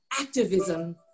activism